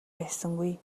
байсангүй